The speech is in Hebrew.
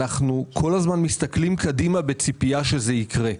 אנחנו כל הזמן מסתכלים קדימה בציפייה שזה יקרה.